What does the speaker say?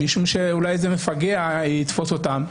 משום שאולי איזה מפגע יתפוס אותם,